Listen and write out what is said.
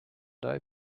doe